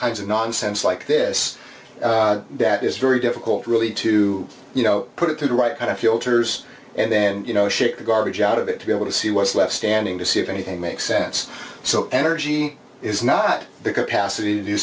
kinds of nonsense like this that is very difficult really to you know put it through the right kind of filters and then you know shake the garbage out of it to be able to see what's left standing to see if anything makes sense so energy is not